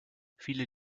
viele